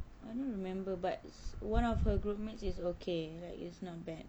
I don't remember but it's one of her group mates is okay like it's not bad